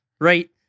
right